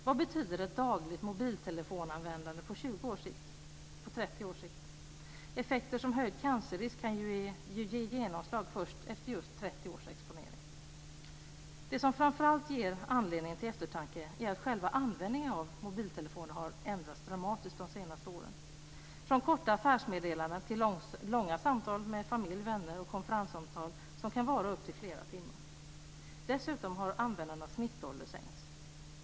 Vad betyder ett dagligt mobiltelefonanvändande på 20 års sikt? På 30 års sikt? Effekter som höjd cancerrisk kan ju ge genomslag först efter just 30 års exponering. Det som framför allt ger anledning till eftertanke är att själva användningen av mobiltelefoner har ändrats dramatiskt de senaste åren: från korta affärsmeddelanden till långa samtal med familj och vänner samt konferenssamtal som kan vara upp till flera timmar. Dessutom har användarnas snittålder sänkts.